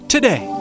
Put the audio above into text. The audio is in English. Today